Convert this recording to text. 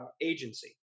agency